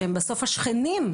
שהם בסוף השכנים,